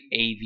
av